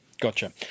Gotcha